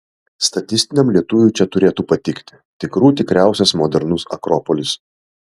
statistiniam lietuviui čia turėtų patikti tikrų tikriausias modernus akropolis